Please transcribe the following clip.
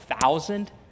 thousand